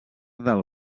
del